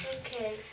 Okay